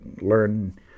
learn